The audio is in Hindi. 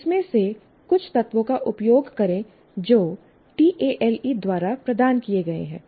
उसमें से कुछ तत्वों का उपयोग करें जो टीएएलई द्वारा प्रदान किए गए हैं